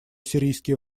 сирийские